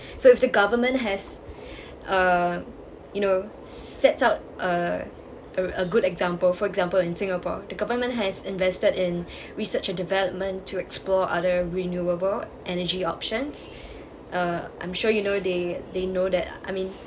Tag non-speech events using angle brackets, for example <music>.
so if the government has <breath> uh you know set out uh a good example for example in singapore the government has invested in research and development to explore other renewable energy options uh I'm sure you know they they know that I mean